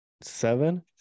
seven